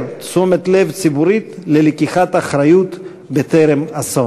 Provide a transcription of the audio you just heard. תשומת לב ציבורית ללקיחת אחריות בטרם אסון.